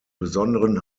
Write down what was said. besonderen